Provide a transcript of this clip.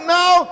now